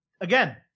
Again